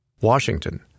Washington